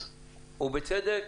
ובצדק,